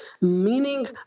meaning